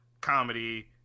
comedy